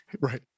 Right